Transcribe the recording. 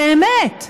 באמת מה,